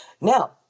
now